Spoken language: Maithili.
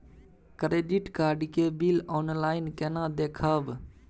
क्रेडिट कार्ड के बिल ऑनलाइन केना देखबय?